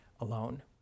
alone